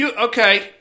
Okay